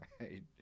right